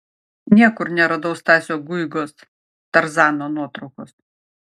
niekur neradau stasio guigos tarzano nuotraukos